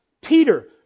Peter